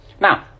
Now